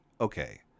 Okay